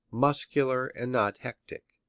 muscular and not hectic.